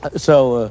so